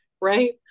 right